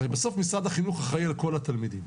הרי בסוף משרד החינוך אחראי על כל התלמידים,